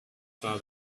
saw